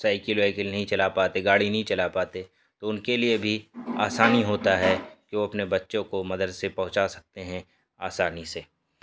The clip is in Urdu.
سائیکل وائیکل نہیں چلا پاتے گاڑی نہیں چلا پاتے تو ان کے لیے بھی آسانی ہوتا ہے کہ وہ اپنے بچوں کو مدرسے پہنچا سکتے ہیں آسانی سے